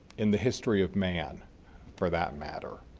in the history of man for that matter.